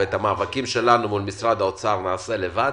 ואת המאבקים שלנו מול משרד האוצר נעשה לבד",